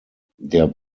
der